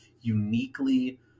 uniquely